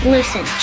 Listen